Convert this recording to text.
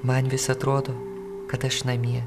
man vis atrodo kad aš namie